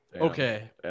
Okay